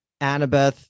Annabeth